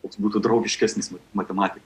koks būtų draugiškesnis matematikai